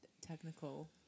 technical